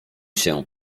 się